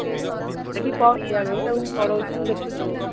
ଟିକେ ଆମେ ବି ପ ଇଏ ଆମେ ବି ତାକୁ ପଢ଼ାଉଛୁ ଦେଖୁଛୁ